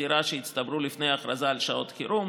דירה שהצטברו לפני ההכרזה על שעת חירום,